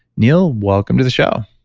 neil, welcome to the show